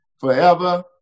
forever